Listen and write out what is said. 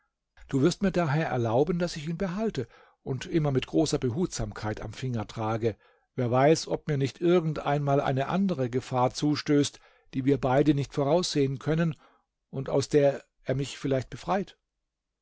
du wirst mir daher erlauben daß ich ihn behalte und immer mit großer behutsamkeit am finger trage wer weiß ob mir nicht irgend einmal eine andere gefahr zustößt die wir beide nicht voraussehen können und aus der er mich vielleicht befreit